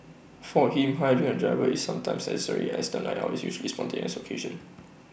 for him hiring A driver is sometimes necessary as A night out is usually A spontaneous occasion